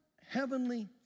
heavenly